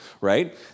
right